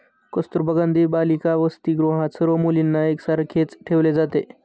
कस्तुरबा गांधी बालिका वसतिगृहात सर्व मुलींना एक सारखेच ठेवले जाते